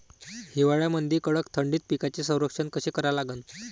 हिवाळ्यामंदी कडक थंडीत पिकाचे संरक्षण कसे करा लागन?